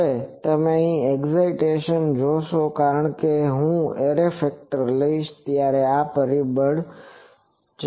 હવે તમે અહીં એક્ઝિટેસન જોશો કારણ કે જ્યારે હું એરે ફેક્ટર લઈશ ત્યારે આ પરિબળ જશે